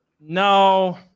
No